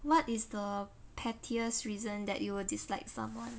what is the pettiest reason that you will dislike someone